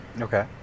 Okay